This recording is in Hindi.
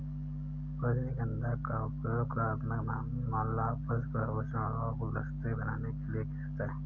रजनीगंधा का उपयोग कलात्मक माला, पुष्प, आभूषण और गुलदस्ते बनाने के लिए किया जाता है